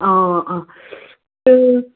ꯑꯥ ꯑꯥ ꯑꯥ ꯑꯣ